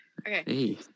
Okay